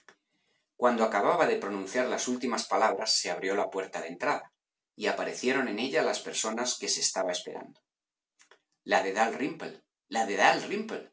cuando acababa de pronunciar las últimas palabras se abrió la puerta de entrada y aparecieron en ella las personas que se estaba esperando la de dalrymple la